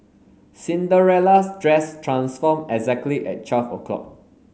Cinderella's dress transformed exactly at twelve o'clock